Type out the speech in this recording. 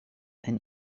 een